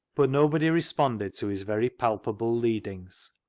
but nobody responded to his very palpable leadings,